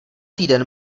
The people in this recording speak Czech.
týden